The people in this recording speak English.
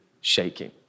shaking